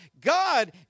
God